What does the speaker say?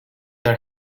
her